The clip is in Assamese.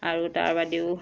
আৰু তাৰে বাদেও